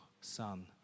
son